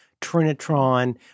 Trinitron